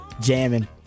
jamming